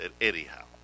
anyhow